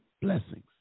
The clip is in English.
blessings